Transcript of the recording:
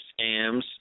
scams